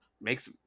makes